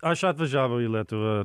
aš atvažiavau į lietuvą